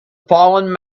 fallen